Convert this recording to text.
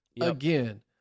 again